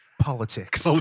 Politics